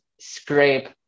scrape